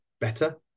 better